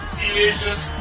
delicious